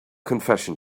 confession